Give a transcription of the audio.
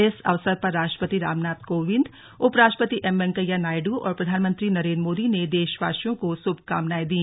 इस अवसर पर राष्ट्रपति रामनाथ कोविंद उपराष्ट्रपति एम वेंकैया नायडू और प्रधानमंत्री नरेन्द्र मोदी ने देशवासियों को शुभकामनाएं दी